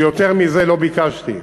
שיותר ממנו לא ביקשתי,